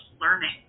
learning